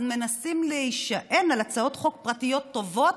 אז מנסים להישען על הצעות חוק פרטיות טובות,